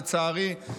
לצערי,